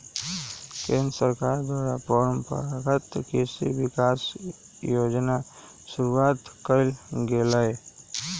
केंद्र सरकार द्वारा परंपरागत कृषि विकास योजना शुरूआत कइल गेलय